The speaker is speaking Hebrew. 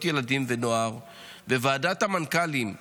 ילדים ונוער וועדת המנכ"לים הייעודית,